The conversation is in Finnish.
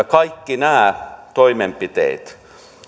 kaikki nämä toimenpiteet